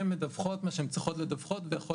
הן מדווחות מה שהן צריכות לדווח ויכול